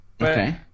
okay